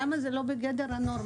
למה זה לא בגדר הנורמה?